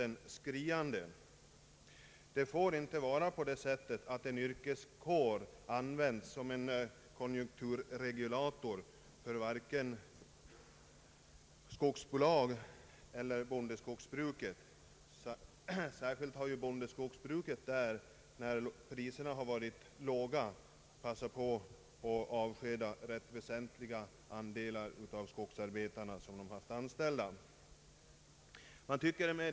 En yrkeskår får inte på detta sätt användas som konjunkturregulator av vare sig skogsbolag eller bondeskogsbruk. Särskilt bondeskogsbruket har ju passat på att avskeda ett stort antal av sina skogsarbetare när priserna varit låga.